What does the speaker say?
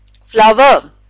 flower